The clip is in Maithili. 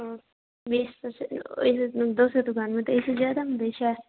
हँ बीस परसेन्ट ओइसँ दोसर दोकानमे अइसँ जादामे दै छै